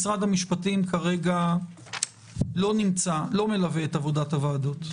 משרד המשפטים כרגע לא מלווה את עבודת הוועדה.